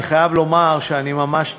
אני חייב לומר שאני ממש תמה.